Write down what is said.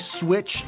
switch